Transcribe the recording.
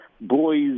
boys